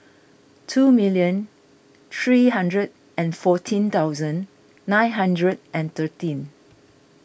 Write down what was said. two million three hundred and fourteen thousand nine hundred and thirteen